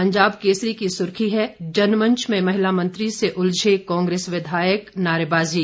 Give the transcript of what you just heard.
पंजाब केसरी की सुर्खी है जनमंच में महिला मंत्री से उलझे कांग्रेस विधायक नारेबाजी